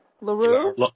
LaRue